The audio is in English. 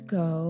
go